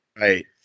Right